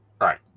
Right